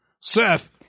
Seth